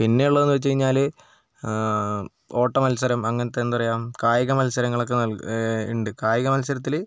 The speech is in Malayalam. പിന്നെയുള്ളതെന്ന് വച്ചു കഴിഞ്ഞാൽ ഓട്ട മത്സരം അങ്ങനത്തെ എന്താ പറയുക കായിക മത്സരങ്ങളൊക്കെ ഉണ്ട് കായിക മത്സരത്തിൽ